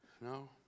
No